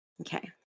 Okay